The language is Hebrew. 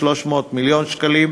300 מיליון שקלים.